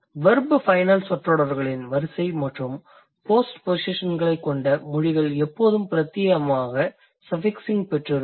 verb final சொற்றொடர்களின் வரிசை மற்றும் போஸ்ட்போசிஷன்களைக் கொண்ட மொழிகள் எப்போதுமே பிரத்தியேகமாக சஃபிக்ஸிங் பெற்றிருக்கும்